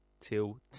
till